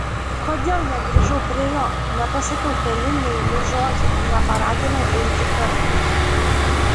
kodėl negrįžau prie jo nepasakiau kelių meilių žodžių ir neparaginau eiti kartu